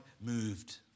moved